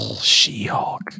She-Hulk